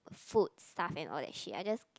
foods stuff and all that shit I just